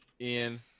Ian